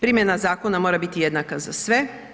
Primjena zakona mora biti jednaka za sve.